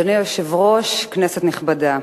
אדוני היושב-ראש, כנסת נכבדה,